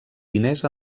diners